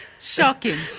Shocking